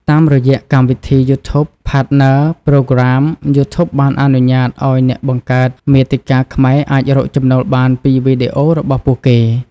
តាមរយៈកម្មវិធី យូធូប ផាតនើ ប្រូក្រាម យូធូបបានអនុញ្ញាតឱ្យអ្នកបង្កើតមាតិកាខ្មែរអាចរកចំណូលបានពីវីដេអូរបស់ពួកគេ។